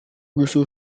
bisa